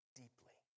deeply